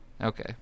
Okay